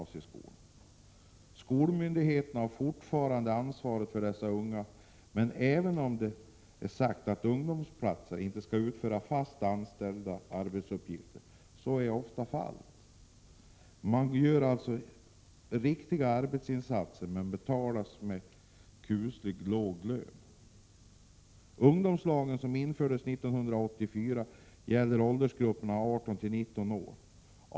Skolmyndigheterna har fortfarande ansvaret för dessa unga. Även om det är sagt att ”ungdomsplatsare” inte skall utföra fast anställds arbetsuppgifter, så är detta ofta fallet. Många gör alltså riktiga arbetsinsatser men betalas med kusligt låga löner. Ungdomslagen infördes 1984 och gäller åldersgruppen 18-19 år.